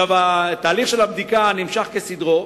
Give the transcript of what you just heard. תהליך הבדיקה נמשך כסדרו,